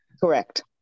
Correct